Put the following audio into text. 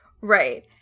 Right